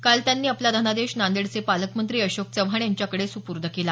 काल त्यांनी आपला धनादेश नांदेडचे पालकमंत्री अशोक चव्हाण यांच्याकडे सुपूर्द केला